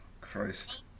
Christ